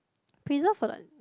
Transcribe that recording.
preserve or don't